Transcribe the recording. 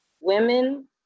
women